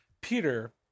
peter